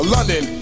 London